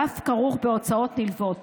ואף כרוך בהוצאות נלוות